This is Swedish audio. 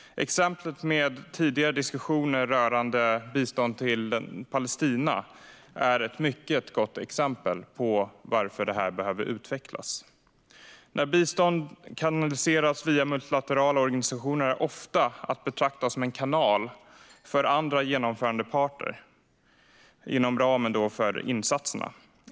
Exemplet med tidigare diskussioner rörande bistånd till Palestina är ett mycket gott exempel på varför detta behöver utvecklas. När bistånd kanaliseras via multilaterala organisationer är det ofta att betrakta som en kanal för andra genomförandepartner inom ramen för insatserna.